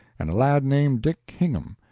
and a lad named dick hingham.